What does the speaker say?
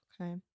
Okay